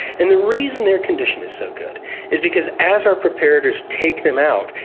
and the reason their condition is so good is because as our preparators take them out,